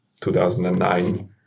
2009